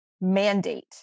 mandate